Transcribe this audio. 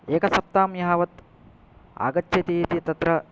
एक सप्ताहं यावत् आगच्छतीति तत्र